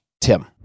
Tim